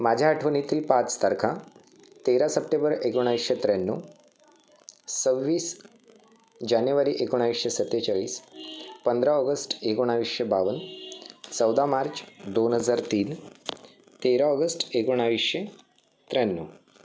माझ्या आठवणीतील पाच तारखा तेरा सप्टेंबर एकोणावीसशे त्र्याण्णव सव्वीस जानेवारी एकोणावीसशे सत्तेचाळीस पंधराऑगस्ट एकोणावीसशे बावन्न चौदा मार्च दोन हजार तीन तेरा ऑगस्ट एकोणावीसशे त्र्याण्णव